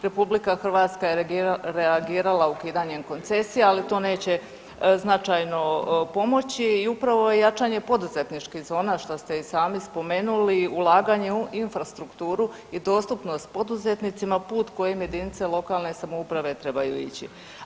RH je reagirala ukidanjem koncesija, ali to neće značajno pomoći i upravo je jačanje poduzetničkih zona što ste i sami spomenuli, ulaganje u infrastrukturu i dostupnost poduzetnicima put kojim jedinice lokalne samouprave trebaju ići.